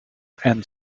and